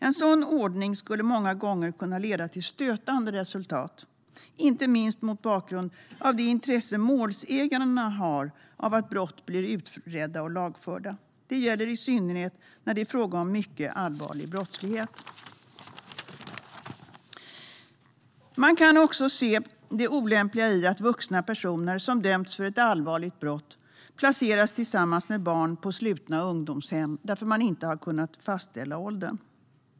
En sådan ordning skulle många gånger leda till stötande resultat, inte minst mot bakgrund av de intressen målsägandena har av att brott blir utredda och lagförda. Det gäller i synnerhet när det är fråga om mycket allvarlig brottslighet. Det är också olämpligt att vuxna personer som dömts för ett allvarligt brott placeras tillsammans med barn på slutna ungdomshem på grund av att åldern inte har kunnat fastställas.